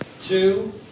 two